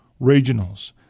Regionals